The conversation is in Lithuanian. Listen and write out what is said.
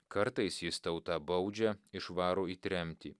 kartais jis tautą baudžia išvaro į tremtį